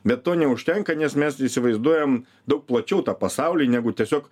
bet to neužtenka nes mes įsivaizduojam daug plačiau tą pasaulį negu tiesiog